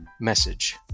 message